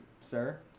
sir